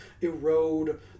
erode